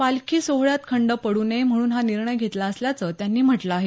पालखी सोहळ्यात खंड पडू नये म्हणून हा निर्णय घेतला असल्याचं त्यांनी म्हटलं आहे